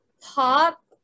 pop